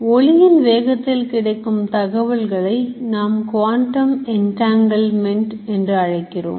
ஒளியின் வேகத்தில் கிடைக்கும் தகவல்களை நாம் Quantum Entanglement என்று அழைக்கிறோம்